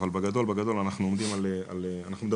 אבל בגדול אנחנו מדברים על חשיש,